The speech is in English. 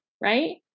right